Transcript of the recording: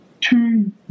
two